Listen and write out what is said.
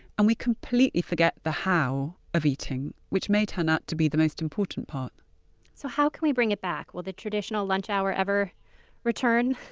and we completely forget the how of eating, which may turn out to be the most important part so how can we bring it back? will the traditional lunch hour ever return?